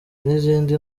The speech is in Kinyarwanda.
n’izindi